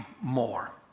more